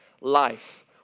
life